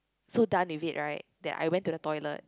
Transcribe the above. so done with it right that I went to the toilet